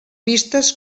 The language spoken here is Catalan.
vistes